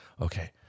Okay